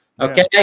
Okay